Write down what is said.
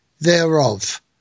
thereof